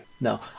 No